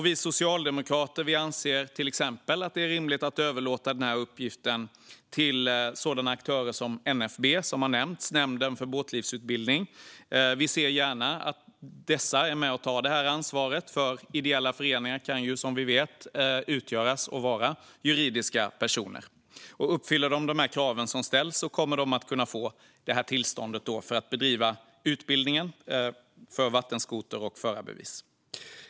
Vi socialdemokrater anser till exempel att det är rimligt att överlåta uppgiften till sådana aktörer som NFB, Nämnden för båtlivsutbildning, som har nämnts här. Vi ser gärna att dessa är med och tar det här ansvaret. Ideella föreningar kan, som vi vet, utgöra juridiska personer. Uppfyller de kraven som ställs kommer de att kunna få tillstånd att bedriva utbildning för vattenskoter för förarbevis.